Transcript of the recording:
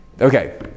Okay